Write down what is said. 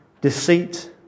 deceit